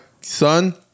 son